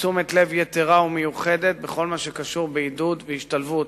תשומת לב יתירה ומיוחדת בכל מה שקשור בעידוד והשתלבות.